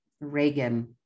Reagan